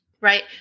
Right